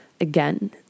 again